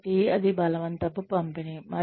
కాబట్టి అది బలవంతపు పంపిణీ